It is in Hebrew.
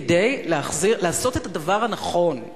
כדי לעשות את הדבר הנכון,